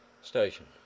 station